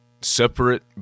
separate